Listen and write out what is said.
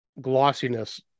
glossiness